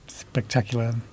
Spectacular